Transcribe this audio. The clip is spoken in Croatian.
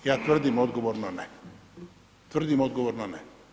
Ja tvrdim odgovorno ne, tvrdim on odgovorno ne.